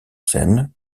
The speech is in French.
scène